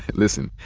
listen,